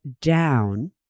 down